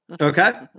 Okay